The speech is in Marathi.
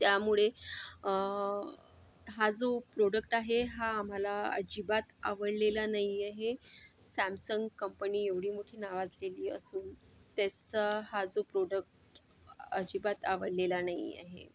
त्यामुळे हा जो प्रोडक्ट आहे हा आम्हाला अजिबात आवडलेला नाही आहे सॅमसंग कंपनी एवढी मोठी नावाजलेली असून त्याचा हा जो प्रोडक्ट अजिबात आवडलेला नाही आहे